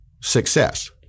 success